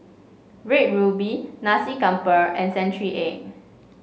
Red Ruby Nasi Campur and Century Egg